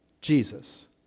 Jesus